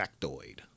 factoid